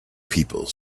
people